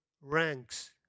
ranks